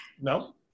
no